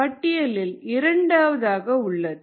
பட்டியலில் இரண்டாவதாக உள்ளது